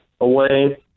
away